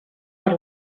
per